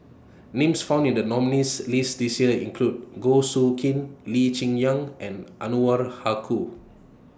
Names found in The nominees' list This Year include Goh Soo Khim Lee Cheng Yan and